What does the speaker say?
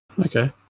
Okay